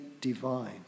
divine